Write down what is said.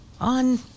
on